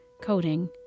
coding